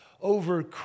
over